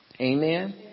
Amen